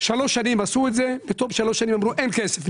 שלוש שנים עשו את זה ובתום שלוש שנים אמרו אין כסף,